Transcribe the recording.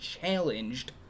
challenged